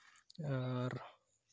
ᱟᱨ